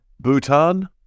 Bhutan